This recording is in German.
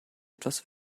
etwas